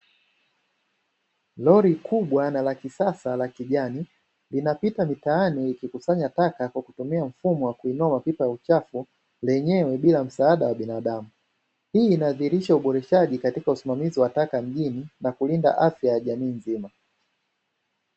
Lori kubwa na la kisasa la kijani linapita mitaani, ikikusanya taka kwa kutumia mfumo wa kuinua mapipa ya uchafu lenyewe bila msaada wa binadamu. Hii inadhihirisha uboreshaji katika usimamizi wa taka mjini na kulinda afya ya jamii nzima.